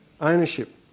ownership